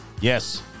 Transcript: Yes